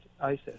ISIS